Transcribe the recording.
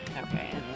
Okay